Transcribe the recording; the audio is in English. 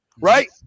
right